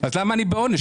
למה אני בעונש?